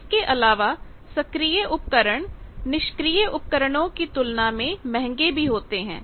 इसके अलावा सक्रिय उपकरण निष्क्रिय उपकरणों की तुलना में महंगे भी होते हैं